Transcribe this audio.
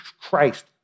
Christ